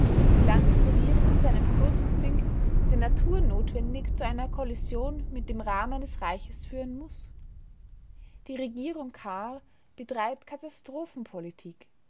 die landesregierung zu einem kurs zwingt der naturnotwendig zu einer kollision mit dem rahmen des reiches führen muß die regierung kahr betreibt